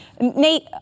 Nate